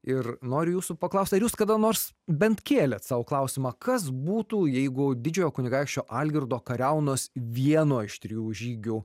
ir noriu jūsų paklaust ar jūs kada nors bent kėlėte sau klausimą kas būtų jeigu didžiojo kunigaikščio algirdo kariaunos vieno iš trijų žygių